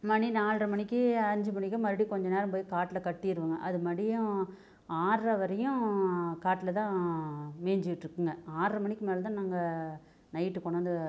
மணி நாலர மணிக்கு அஞ்சு மணிக்கும் மறுபடி கொஞ்சம் நேரம் போய் காட்டில் கட்டிடுவங்க அது மறுபடியும் ஆறர வரையும் காட்டில்தான் மேய்ஞ்சிட்டு இருக்குங்க ஆறர மணிக்கு மேல்தான் நாங்கள் நைட்டு கொண்டாந்து